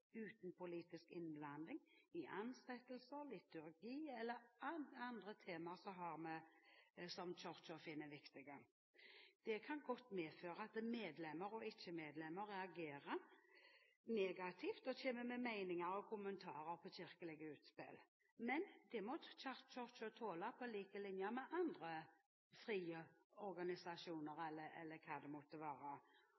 uten politisk innblanding i ansettelser, liturgi eller andre temaer som Kirken finner viktig. Det kan godt medføre at medlemmer og ikke-medlemmer reagerer negativt og kommer med meninger og kommentarer når det gjelder kirkelige utspill, men det må Kirken tåle på lik linje med andre frie organisasjoner